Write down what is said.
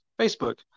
facebook